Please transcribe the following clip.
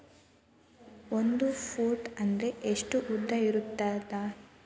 ಒಂದು ಫೂಟ್ ಅಂದ್ರೆ ಎಷ್ಟು ಉದ್ದ ಇರುತ್ತದ?